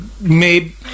Made